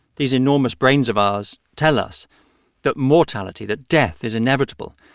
these enormous brains of ours tell us that mortality, that death, is inevitable.